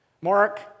Mark